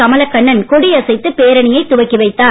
கமலக்கண்ணன் கொடி அசைத்து பேரணியை துவக்கி வைத்தார்